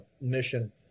mission